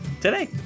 today